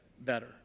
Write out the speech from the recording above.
better